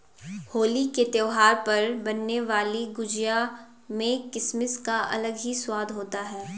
होली के त्यौहार पर बनने वाली गुजिया में किसमिस का अलग ही स्वाद होता है